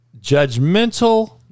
judgmental